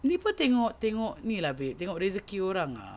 ni pun tengok tengok ni lah babe tengok rezeki orang ah